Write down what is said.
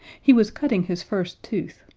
he was cutting his first tooth,